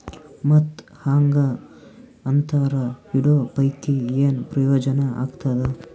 ಮತ್ತ್ ಹಾಂಗಾ ಅಂತರ ಇಡೋ ಪೈಕಿ, ಏನ್ ಪ್ರಯೋಜನ ಆಗ್ತಾದ?